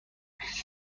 مرسی